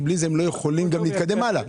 כי בלי זה הם לא יכולים להתקדם הלאה.